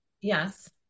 Yes